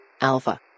Alpha